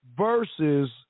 versus